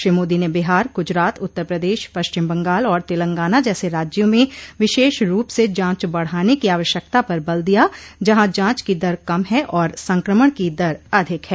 श्री मोदी ने बिहार गुजरात उत्तर प्रदेश पश्चिम बगाल और तेलंगाना जैसे राज्यों में विशेष रूप स जांच बढ़ाने की आवश्यकता पर बल दिया जहां जांच की दर कम है और संक्रमण की दर अधिक है